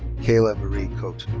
kayla marie cote.